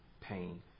Pain